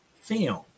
film